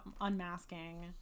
unmasking